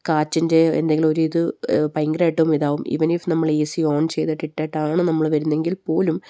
കാറ്റിൻ്റെ എന്തെങ്കിലും ഒരിത് ഭയങ്കരമായിട്ടും ഇതാവും ഇവൻ ഇഫ് നമ്മൾ എ സി ഓൺ ചെയ്തിട്ട് ഇട്ടിട്ടാണ് നമ്മൾ വരുന്നതെങ്കിൽ പോലും